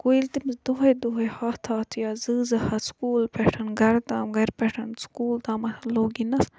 گوٚو ییٚلہِ تٔمِس دۄہاے دۄہاے ہَتھ ہَتھ یا زٕ زٕ ہَتھ سُکوٗل پٮ۪ٹھ گَرٕ تام گَرِ پٮ۪ٹھ سُکوٗل تام لوٚگ یِنَس